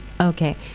okay